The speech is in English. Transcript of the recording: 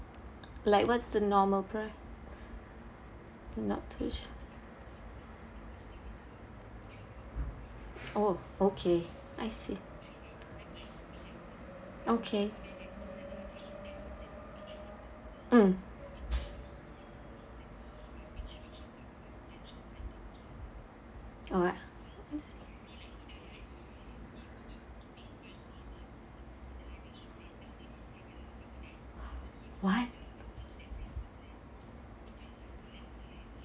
like what's the normal price oh okay I see okay mm orh what